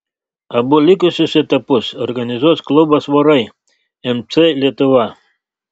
abu likusius etapus organizuos klubas vorai mc lietuva